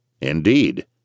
Indeed